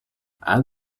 add